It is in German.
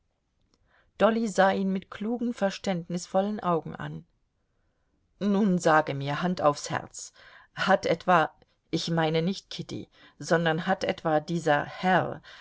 dolly sah ihn mit klugen verständnisvollen augen an nun sage mir hand aufs herz hat etwa ich meine nicht kitty sondern hat etwa dieser herr